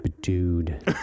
dude